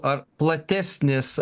ar platesnis